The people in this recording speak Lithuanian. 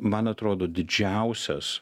man atrodo didžiausias